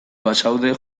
bazaude